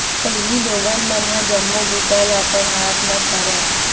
पहिली लोगन मन ह जम्मो बूता ल अपन हाथ ले करय